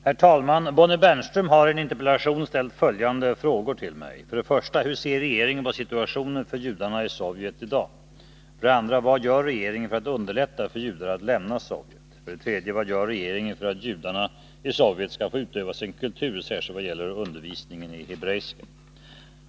Herr talman! Bonnie Bernström har i en interpellation ställt följande frågor till mig: 1. Hur ser regeringen på situationen för judarna i Sovjet i dag? 3. Vad gör regeringen för att judarna i Sovjet skall få utöva sin kultur, särskilt i vad gäller undervisningen i hebreiska?